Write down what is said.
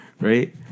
right